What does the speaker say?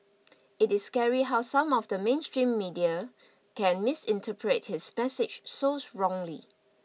it is scary how some of the mainstream media can misinterpret his message so wrongly